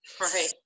Right